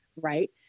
Right